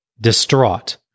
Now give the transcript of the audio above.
distraught